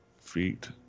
feet